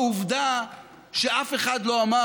העובדה שאף אחד לא אמר,